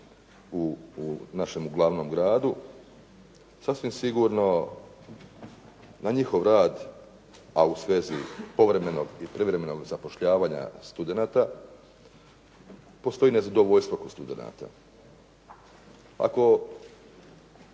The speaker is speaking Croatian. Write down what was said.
u našemu glavnomu gradu, sasvim sigurno da njihov rad, a u svezi povremenog i privremenog zapošljavanja studenata, postoji nezadovoljstvo kod studenata. Ako